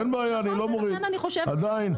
אין בעיה אני לא מוריד עדיין.